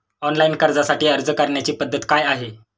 Online कर्जासाठी अर्ज करण्याची पद्धत काय आहे?